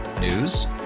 News